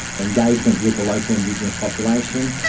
engagement with the local indigenous population,